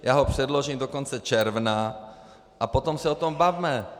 Já ho předložím do konce června a potom se o tom bavme.